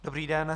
Dobrý den.